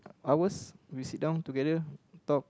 hours we sit down together talk